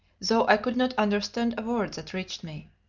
though i could not understand a word that reached me.